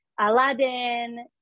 Aladdin